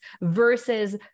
versus